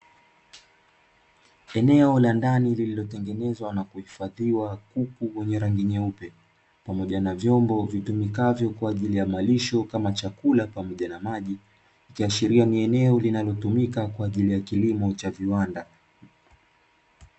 Eneo la ndani lililotengenezwa na kuhifadhiwa kuku wenye rangi nyeupe, pamoja na vyombo vitumikavyo kwa ajili ya malisho, kama chakula pamoja na maji, ikiashiria ni eneo linalotumika kwa ajili ya kilimo cha viwanda.